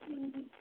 हम्म हम्म